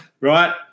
Right